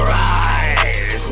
rise